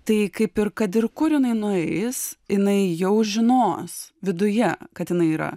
tai kaip ir kad ir kur jinai nueis jinai jau žinos viduje kad jinai yra